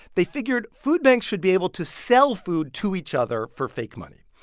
they figured food banks should be able to sell food to each other for fake money.